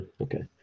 Okay